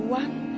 one